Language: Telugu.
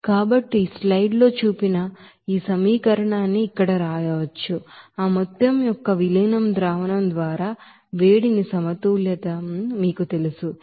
కాబట్టి స్లైడ్లలో చూపించిన ఈ సమీకరణాన్ని ఇక్కడ వ్రాయవచ్చు ఆ మొత్తం యొక్క ಡೈಲ್ಯೂಟ್ದ್ ಸೊಲ್ಯೂಷನ್ వద్ద ಹೀಟ್ ಬ್ಯಾಲೆನ್ಸ್ను మీకు తెలుసు ఇక్కడ 280